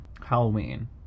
Halloween